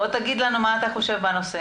בוא תגיד לנו מה אתה חושב בנושא.